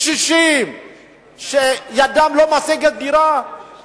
קשישים שידם אינה משגת לרכוש דירה,